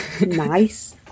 nice